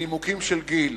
מנימוקים של גיל.